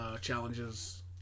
challenges